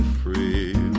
free